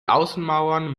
außenmauern